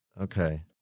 Okay